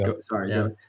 Sorry